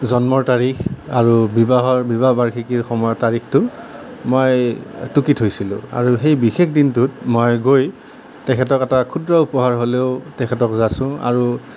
জন্মৰ তাৰিখ আৰু বিবাহৰ বিবাহ বাৰ্ষিকীৰ তাৰিখটো মই টুকি থৈছিলোঁ আৰু সেই বিশেষ দিনটোত মই গৈ তেখেতক এটা ক্ষুদ্ৰ উপহাৰ হ'লেও তেখেতক যাচোঁ আৰু